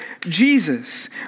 Jesus